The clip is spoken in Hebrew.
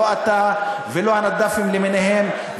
לא אתה ולא הנדאפים למיניהם,